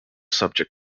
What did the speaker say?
subject